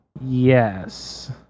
yes